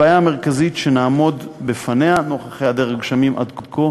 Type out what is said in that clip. הבעיה המרכזית שנעמוד בפניה נוכח היעדר הגשמים עד כה